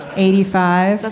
eighty five.